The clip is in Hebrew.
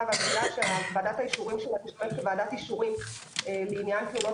והגבייה שוועדת האישורים שלה תפעל כוועדת אישורים לעניין תלונות